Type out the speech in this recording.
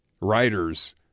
writers